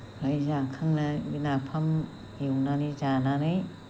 हाय जाखांनानै नाफाम एवनानै जानानै